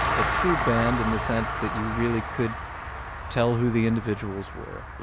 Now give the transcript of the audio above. a true band in the sense that you really could tell who the individuals were.